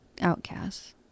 outcasts